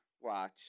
watch